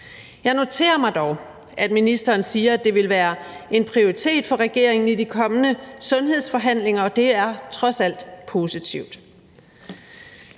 Jeg noterer mig dog, at ministeren siger, at det vil være en prioritet for regeringen i de kommende sundhedsforhandlinger, og det er trods alt positivt.